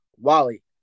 Wally